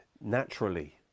naturally